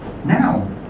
Now